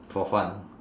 for fun